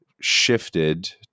shifted